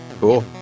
Cool